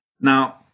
Now